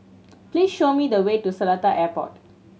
please show me the way to Seletar Airport